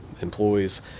employees